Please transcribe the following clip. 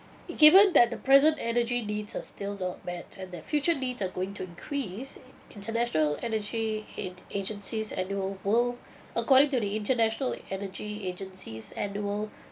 given that the present energy needs are still not met and that future needs are going to increase international energy head agency's annual world according to the international energy agency's annual